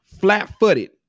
flat-footed